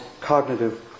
cognitive